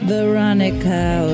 Veronica